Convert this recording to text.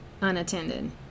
unattended